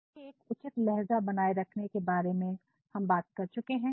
पहले ही एक उचित लहजा बनाए रखने के बारे में बात कर चुके हैं